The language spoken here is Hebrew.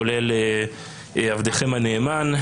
כולל עבדכם הנאמן.